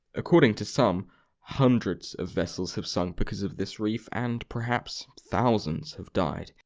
according to some hundreds of vessels have sunk because of this reef and perhaps thousands have died.